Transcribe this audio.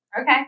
Okay